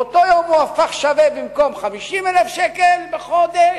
באותו יום הוא הפך שווה במקום 50,000 שקל בחודש,